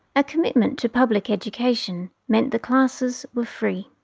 a commitment to public education meant the classes were free,